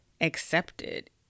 accepted